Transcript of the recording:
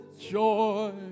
joy